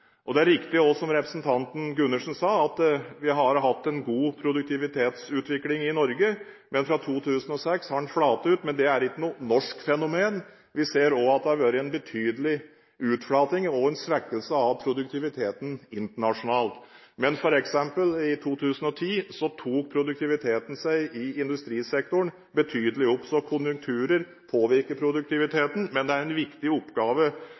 Det er også riktig, som representanten Gundersen sa, at vi har hatt en god produktivitetsutvikling i Norge. Fra 2006 har den flatet ut, men det er ikke noe norsk fenomen. Vi ser også at det har vært en betydelig utflating og en svekkelse av produktiviteten internasjonalt, men f.eks. i 2010 tok produktiviteten i industrisektoren seg betydelig opp. Konjunkturer påvirker produktiviteten, men det er en viktig oppgave